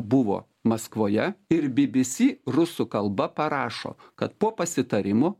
buvo maskvoje ir bbc rusų kalba parašo kad po pasitarimo